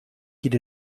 geht